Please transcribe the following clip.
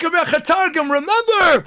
Remember